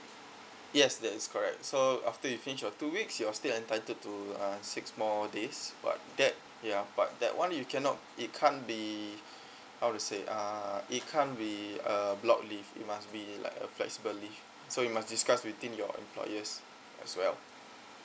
yes that is correct so after you finish your two weeks you're still entitled to uh six more days but that ya but that one you cannot it can't be how to say uh it can't be a block leave it must be like a flexible leave so you must discuss within your employers as well